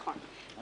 נכון.